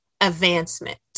advancement